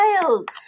wild